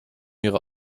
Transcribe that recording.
ihre